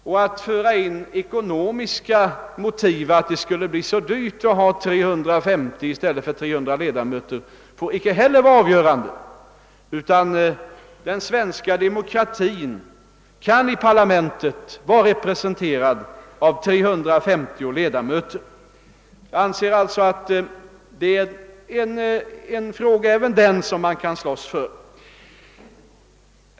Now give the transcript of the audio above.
Inte heller får de ekonomiska synpunkterna vara avgörande, alltså att det skulle bli så dyrt med 350 ledamöter jämfört med 300. Den svenska demokratin kan mycket väl i parlamentet vara representerad av 350 ledamöter. Jag anser därför att också detta är ett förslag som det finns anledning att kämpa för.